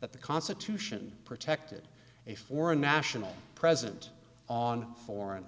that the constitution protected a foreign national president on foreign